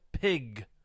pig